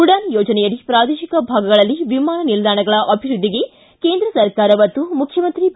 ಉಡಾನ್ ಯೋಜನೆಯಡಿ ಪ್ರಾದೇಶಿಕ ಭಾಗಗಳಲ್ಲಿ ವಿಮಾನ ನಿಲ್ಟಾಣಗಳ ಅಭಿವ್ಯದ್ದಿಗೆ ಕೇಂದ್ರ ಸರ್ಕಾರ ಒತ್ತು ಮುಖ್ಯಮಂತ್ರಿ ಬಿ